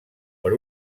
per